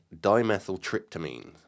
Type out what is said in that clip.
dimethyltryptamine